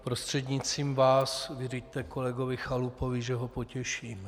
Prostřednictvím vás vyřiďte kolegovi Chalupovi, že ho potěším.